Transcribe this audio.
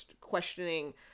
questioning